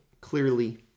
clearly